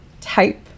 type